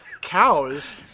cows